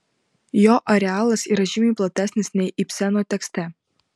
jo arealas yra žymiai platesnis nei ibseno tekste